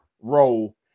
role